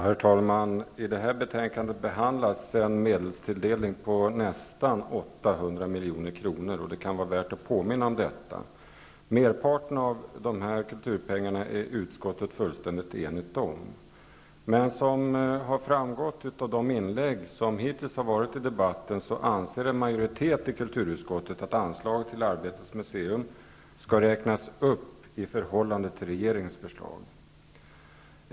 Herr talman! I detta betänkande behandlas en medelstilldelning på nästan 800 milj.kr. Det kan vara värt att påminna om detta. Merparten av dessa kulturpengar är utskottet fullständigt enigt om. Som framgått av de inlägg som hittills har gjorts i denna debatt anser en majoritet i kulturutskottet att anslaget till Arbetets museum skall räknas upp i förhållande till regeringens förslag.